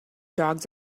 dogs